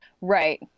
right